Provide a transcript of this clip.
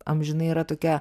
amžinai yra tokia